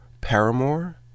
Paramore